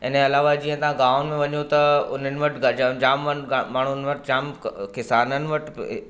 इनजे अलावा जीअं तव्हां गांवनि में वञो त उन्हनि वटि गजनि जाम माण्हुनि वटि जाम किसाननि वटि